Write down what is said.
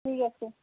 ᱴᱷᱤᱠ ᱟᱪᱷᱮ